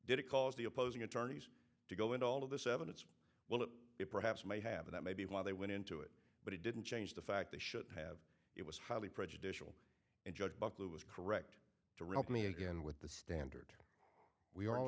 did it cause the opposing attorneys to go into all of this evidence well it perhaps may have that may be why they went into it but it didn't change the fact they should have it was highly prejudicial and judge buckley was correct to read me again with the standard we all